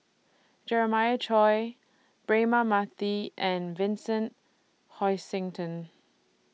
Jeremiah Choy Braema Mathi and Vincent Hoisington